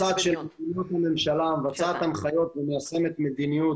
משטרת ישראל מבצעת הנחיות ומיישמת מדיניות